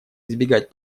избегать